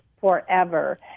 Forever